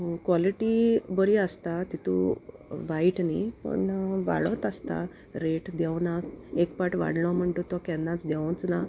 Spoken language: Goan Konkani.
क्वॉलिटी बरी आसता तितू वायट न्ही पूण वाडोत आसता रेट देंवना एक पाट वाडलो म्हणटा तो केन्नाच देंवोच ना